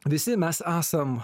visi mes esam